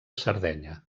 sardenya